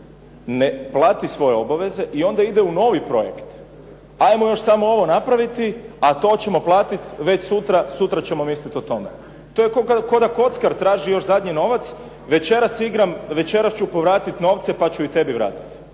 ne plati svoje obaveze i onda ide u novi projekt. Ajmo još samo ovo napraviti a to ćemo platiti već sutra, sutra ćemo misliti o tome. To je kao da kockar traži još zadnji novac, večeras ću povratiti novce pa ću i tebi vratiti